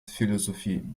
philosophie